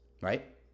right